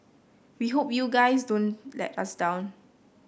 we hope you guys don't let us down